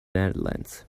netherlands